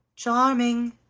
charming!